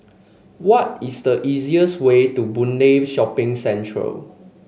what is the easiest way to Boon Lay Shopping Centre